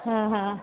हा हा